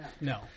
No